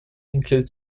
include